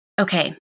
Okay